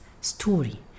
story